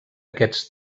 aquests